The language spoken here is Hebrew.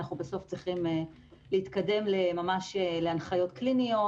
אנחנו בסוף צריכים להתקדם להנחיות קליניות,